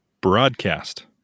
Broadcast